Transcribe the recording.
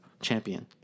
champion